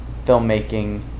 filmmaking